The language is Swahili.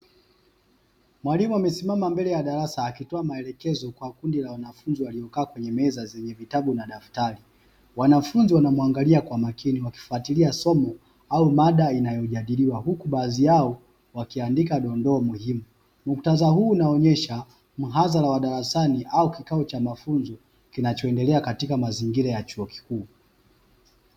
Mwalimu amesimama mbele ya darasa akitoa maelekezo kwa kundi la wanafunzi waliokaa kwenye meza yenye vitabu na dafatari. Wanafunzi wanamwangalia kwa makini wakifuatilia somo au mada inayojadiliwa, huku baadhi yao wakiandika dondoo muhimu. Muktadha huu unaonyesha mhadhara wa darasani au kikao cha mafunzo kinachoendelea katika mazingira ya chuo kikuu.